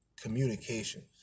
communications